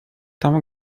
tam